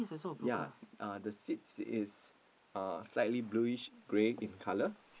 ya uh the seats is uh slightly blueish grey in colour